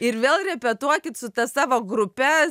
ir vėl repetuokit su ta savo grupe